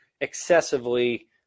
excessively